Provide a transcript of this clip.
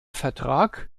vertrag